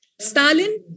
Stalin